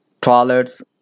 toilets